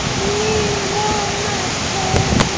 leave all my pals,